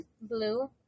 Blue